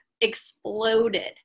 exploded